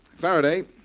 Faraday